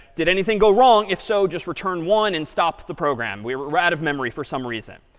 did anything go wrong? if so, just return one and stop the program. we ran out of memory for some reason.